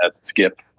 Skip